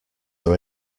are